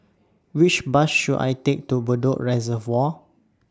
Which Bus should I Take to Bedok Reservoir